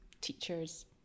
teachers